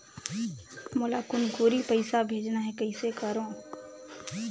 मोला कुनकुरी पइसा भेजना हैं, कइसे करो?